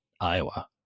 Iowa